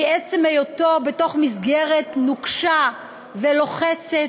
מעצם היותו בתוך מסגרת נוקשה ולוחצת,